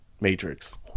Matrix